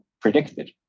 predicted